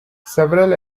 several